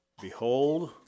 Behold